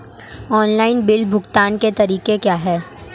Online bill भुगतान के तरीके क्या हैं?